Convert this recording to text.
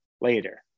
later